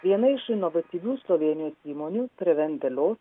viena iš inovatyvių slovėnijos įmonių prevendėliot